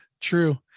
True